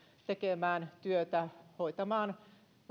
tekemään työtä hoitamaan